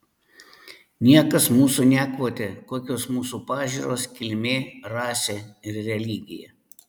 niekas mūsų nekvotė kokios mūsų pažiūros kilmė rasė ir religija